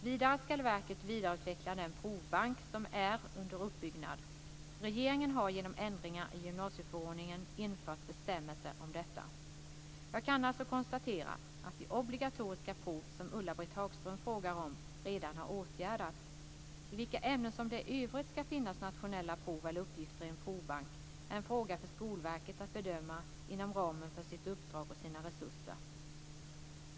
Vidare ska verket vidareutveckla den provbank som är under uppbyggnad. Regeringen har genom ändringar i gymnasieförordningen infört bestämmelser om detta. Jag kan alltså konstatera att de obligatoriska prov som Ulla-Britt Hagström frågar om redan har åtgärdats. I vilka ämnen som det i övrigt ska finnas nationella prov eller uppgifter i en provbank är en fråga för Skolverket att bedöma inom ramen för sitt uppdrag och sina resurser.